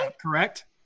correct